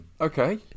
Okay